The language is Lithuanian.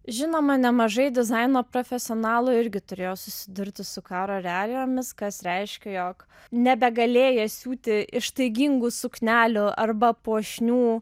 žinoma nemažai dizaino profesionalų irgi turėjo susidurti su karo realijomis kas reiškia jog nebegalėję siūti ištaigingų suknelių arba puošnių